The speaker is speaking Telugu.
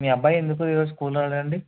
మీ అబ్బాయి ఎందుకు ఈరోజు స్కూల్ రాలేదండి